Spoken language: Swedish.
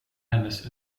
hennes